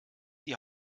die